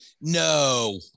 no